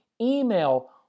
email